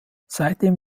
seitdem